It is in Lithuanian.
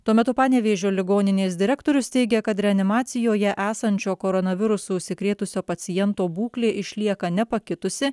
tuo metu panevėžio ligoninės direktorius teigė kad reanimacijoje esančio koronavirusu užsikrėtusio paciento būklė išlieka nepakitusi